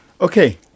okay